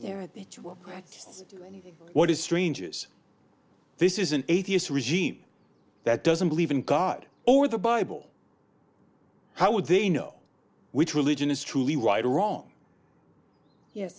and what is strange is this is an atheist regime that doesn't believe in god or the bible how would they know which religion is truly right or wrong ye